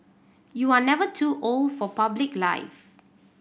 you are never too old for public life